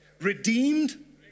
redeemed